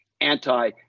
anti